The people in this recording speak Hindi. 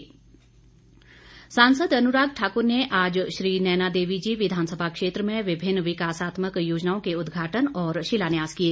अनुराग सांसद अनुराग ठाकुर ने आज श्री नैना देवी जी विधानसभा क्षेत्र में विभिन्न विकासात्मक योजनओं को उद्घाटन और शिलान्यास किए